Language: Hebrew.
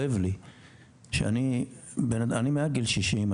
אני מעל גיל 60,